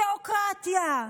תיאוקרטיה.